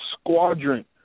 squadron